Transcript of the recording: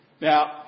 Now